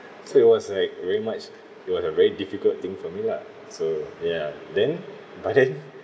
so it was like very much it was a very difficult thing for me lah so ya then but then